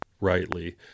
rightly